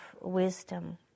wisdom